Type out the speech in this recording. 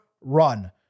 run